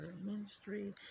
ministry